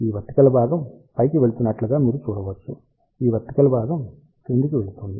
ఈ వర్టికల్ భాగం పైకి వెళుతున్నట్లు గా మీరు చూడవచ్చు ఈ వర్టికల్ భాగం క్రిందికి వెళుతోంది